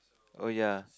oh ya